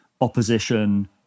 opposition